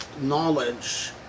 knowledge